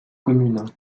commune